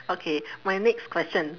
okay my next question